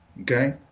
Okay